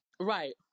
Right